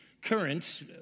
Currents